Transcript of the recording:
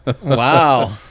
wow